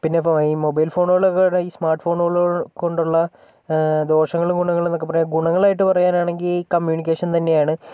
പിന്നെ ഇപ്പം വൈ മൊബൈൽ ഫോണ്കളോ സ്മാർട്ട് ഫോണ്കളോ കൊണ്ടുള്ള ദോഷങ്ങളും ഗുണങ്ങളുമെന്നൊക്കെ പറയുക ഗുണങ്ങളായിട്ട് പറയാനാണെങ്കിൽ കമ്മ്യൂണിക്കേഷൻ തന്നെയാണ്